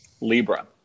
Libra